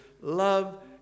love